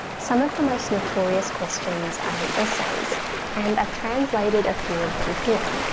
some of the most notorious questions are the essays and i've translated a few of them here.